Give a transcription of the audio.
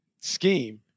scheme